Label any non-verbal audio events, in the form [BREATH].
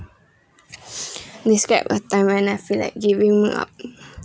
[BREATH] describe a time when I feel like giving up